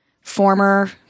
former